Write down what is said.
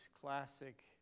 classic